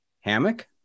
hammock